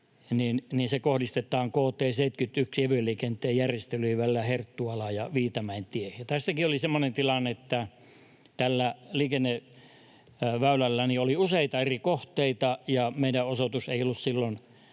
Se kohdistetaan tiellä kt 71 kevyen liikenteen järjestelyihin välillä Herttuala—Viitamäentie. Tässäkin oli semmoinen tilanne, että tällä liikenneväylällä oli useita eri kohteita ja meidän osoituksemme ei ollut silloin